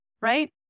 right